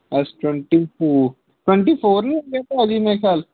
S twenty four twenty four ਨਹੀਂ ਭਾਅ ਜੀ